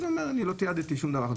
הוא אומר אני לא תיעדתי שום דבר.